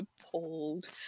appalled